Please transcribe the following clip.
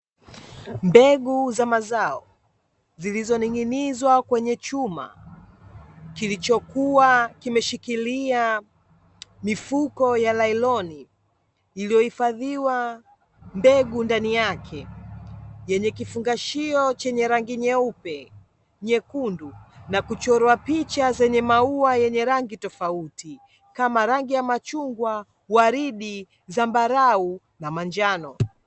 Mbegu za mazao zilizoning'ing'izwa kwenye chuma kilichokuwa kimeshikilia mifuko ya lailoni iliyohifadhiwa nbegu ndani yake, yenye kifungashio chenye rangi nyeupe, nyekundu na kuchorwa picha zenye mauwa yemye rangi tofauti kama rangi ya machungwa, waridi, zambarau na manjano.